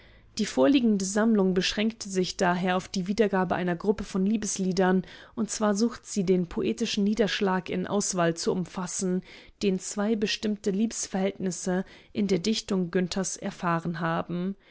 die vorliegende sammlung beschränkt sich daher auf die wiedergabe einer gruppe von liebesliedern und zwar sucht sie den poetischen niederschlag in auswahl zu umfassen den zwei bestimmte liebesverhältnisse in der dichtung günthers erfahren haben